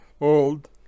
old